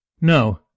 No